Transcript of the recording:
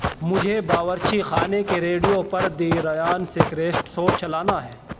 مجھے باورچی خانے کے ریڈیو پر دی ریان سیکریسٹ شو چلانا ہے